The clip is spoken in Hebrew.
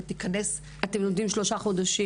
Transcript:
ותיכנס --- אתם נותנים את הסיוע שלושה חודשים.